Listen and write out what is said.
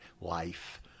life